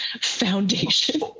foundation